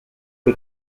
que